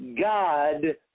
God